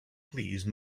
please